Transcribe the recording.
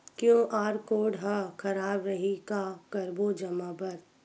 QR code हा खराब रही का करबो जमा बर?